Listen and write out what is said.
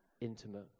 intimate